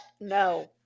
No